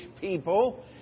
people